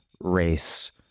race